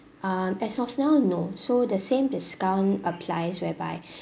um as of now no so the same discount applies whereby